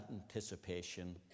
anticipation